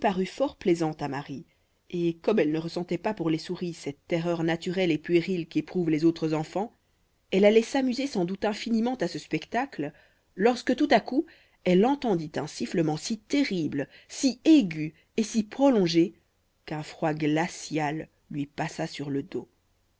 fort plaisant à marie et comme elle ne ressentait pas pour les souris cette terreur naturelle et puérile qu'éprouvent les autres enfants elle allait s'amuser sans doute infiniment à ce spectacle lorsque tout à coup elle entendit un sifflement si terrible si aigu et si prolongé qu'un froid glacial lui passa sur le dos